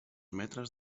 metres